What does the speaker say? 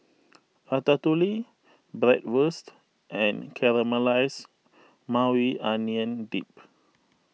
Ratatouille Bratwurst and Caramelized Maui Onion Dip